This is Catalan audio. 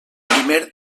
primer